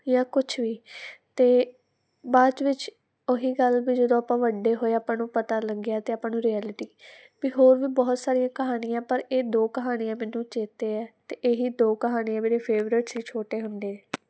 ਜਾਂ ਕੁਛ ਵੀ ਅਤੇ ਬਾਅਦ ਵਿੱਚ ਉਹੀ ਗੱਲ ਵੀ ਜਦੋਂ ਆਪਾਂ ਵੱਡੇ ਹੋਏ ਆਪਾਂ ਨੂੰ ਪਤਾ ਲੱਗਿਆ ਤਾਂ ਆਪਾਂ ਨੂੰ ਰਿਐਲਿਟੀ ਵੀ ਹੋਰ ਵੀ ਬਹੁਤ ਸਾਰੀਆਂ ਕਹਾਣੀਆਂ ਪਰ ਇਹ ਦੋ ਕਹਾਣੀਆਂ ਮੈਨੂੰ ਚੇਤੇ ਹੈ ਅਤੇ ਇਹੀ ਦੋ ਕਹਾਣੀਆਂ ਮੇਰੀਆਂ ਫੇਵਰੇਟ ਸੀ ਛੋਟੇ ਹੁੰਦੇ